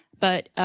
but,